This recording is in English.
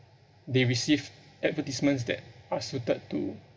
they receive advertisements that are suited to